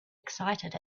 excited